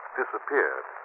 disappeared